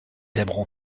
aimeront